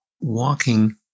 walking